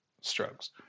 strokes